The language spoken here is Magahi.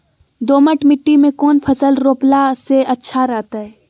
दोमट मिट्टी में कौन फसल रोपला से अच्छा रहतय?